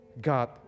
God